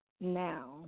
now